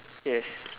yes